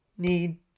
need